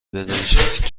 بلژیک